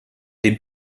dem